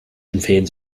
empfehlen